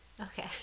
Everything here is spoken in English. Okay